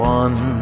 one